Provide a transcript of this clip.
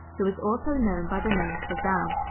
who is also known by the name shazam,